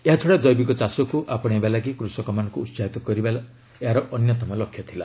ଏହାଛଡ଼ା କ୍ଜେବିକ ଚାଷକୁ ଆପଣେଇବା ଲାଗି କୃଷକମାନଙ୍କୁ ଉତ୍ସାହିତ କରିବା ଏହାର ଅନ୍ୟତମ ଲକ୍ଷ୍ୟ ଥିଲା